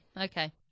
Okay